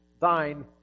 thine